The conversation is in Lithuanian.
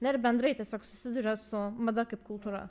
na ir bendrai tiesiog susiduria su mada kaip kultūra